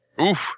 Oof